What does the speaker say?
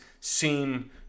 seem